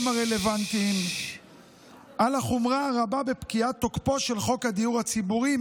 הרלוונטיים על החומרה הרבה בפקיעת תוקפו של חוק הדיור הציבורי,